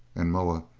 and moa,